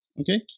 Okay